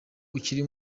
ukiri